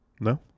No